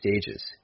stages